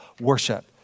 worship